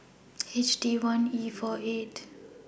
H D one E four eight